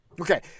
Okay